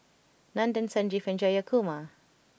Nandan Sanjeev and Jayakumar